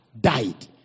died